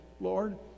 Lord